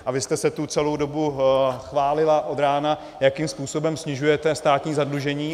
A vy jste se tu celou dobu chválila od rána, jakým způsobem snižujete státní zadlužení.